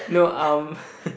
no um